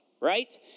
right